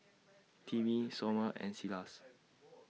Timmy Somer and Silas